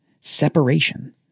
Separation